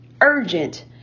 urgent